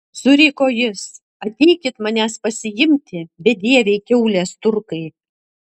suriko jis ateikit manęs pasiimti bedieviai kiaulės turkai